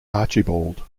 archibald